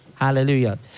Hallelujah